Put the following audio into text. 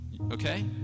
Okay